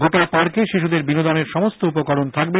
গোটা পার্কে শিশুদের বিনোদনের সমস্ত উপকরণ থাকবে